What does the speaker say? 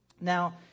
Now